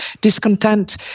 discontent